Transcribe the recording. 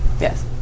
Yes